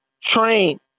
train